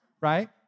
right